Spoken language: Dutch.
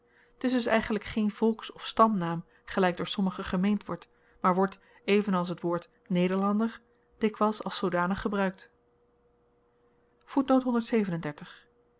t is dus eigenlyk geen volks of stamnaam gelyk door sommigen gemeend wordt maar wordt evenals t woord nederlander dikwyls als zoodanig gebruikt